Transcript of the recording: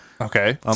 Okay